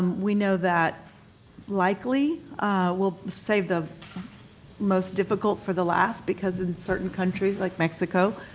we know that likely we'll save the most difficult for the last, because in certain countries like mexico,